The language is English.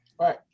Right